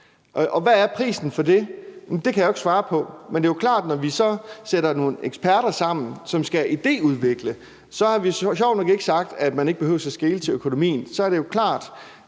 Og hvad er prisen for det? Det kan jeg jo ikke svare på. Men det er klart, at når vi så sætter nogle eksperter sammen, som skal idéudvikle, har vi sjovt nok ikke sagt, at man ikke behøver at skele til økonomien. Det er jo klart,